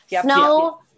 Snow